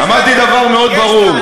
אמרתי דבר מאוד ברור.